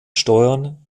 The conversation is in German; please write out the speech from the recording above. steuern